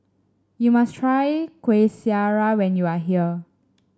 you must try Kueh Syara when you are here